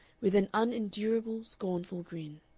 with an unendurable, scornful grin.